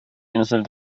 insel